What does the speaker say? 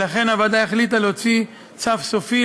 ולכן הוועדה החליטה להוציא צו סופי